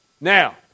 Now